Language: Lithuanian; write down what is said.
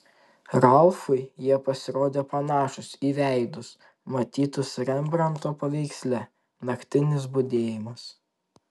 ralfui jie pasirodė panašūs į veidus matytus rembranto paveiksle naktinis budėjimas